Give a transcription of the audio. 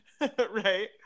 right